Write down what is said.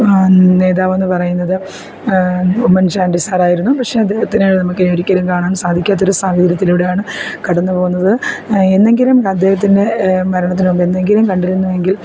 നേതാവെന്ന് പറയുന്നത് ഉമ്മൻ ചാണ്ടി സാറായിരുന്നു പക്ഷെ അദ്ദേഹത്തിനെ നമുക്ക് ഇനി ഒരിക്കലും കാണാൻ സാധിക്കാത്തൊരു സാഹചര്യത്തിലൂടെയാണ് കടന്നുപോകുന്നത് എന്നെങ്കിലും അദ്ദേഹത്തിൻ്റെ മരണത്തിനു മുൻപ് എന്നെങ്കിലും കണ്ടിരുന്നു എങ്കിൽ